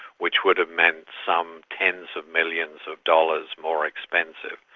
which would have meant some tens of millions of dollars more expensive.